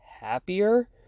happier